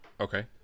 Okay